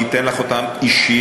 אני אגיד לך אותם אישית,